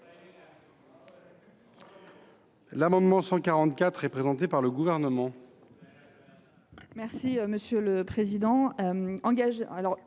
L’amendement n° 149 est présenté par le Gouvernement.